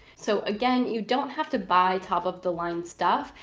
so again, you don't have to buy top of the line stuff,